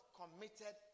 committed